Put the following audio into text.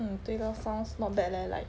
mm 对 lor sounds not bad leh like